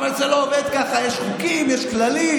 אבל זה לא עובד ככה, יש חוקים, יש כללים,